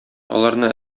аларны